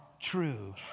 true